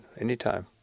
Anytime